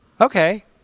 Okay